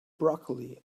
broccoli